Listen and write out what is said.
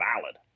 valid